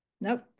Nope